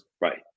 right